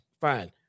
fine